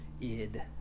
id